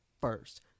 first